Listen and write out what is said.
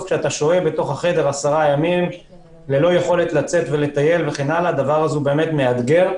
אבל כשאתה שוהה בתוך החדר עשרה ימים ללא יכולת לצאת זה דבר שהוא מאתגר.